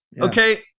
okay